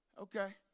Okay